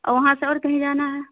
اور وہاں سے اور کہیں جانا ہے